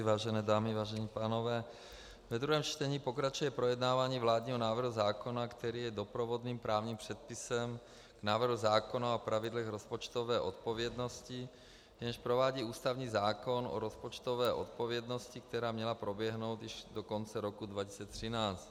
Vážené dámy, vážení pánové, ve druhém čtení pokračuje projednávání vládního návrhu zákona, který je doprovodným právním předpisem k návrhu zákona o pravidlech rozpočtové odpovědnosti, v němž provádí ústavní zákon o rozpočtové odpovědnosti, která měla proběhnout již do konce roku 2013.